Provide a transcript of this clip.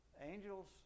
Angels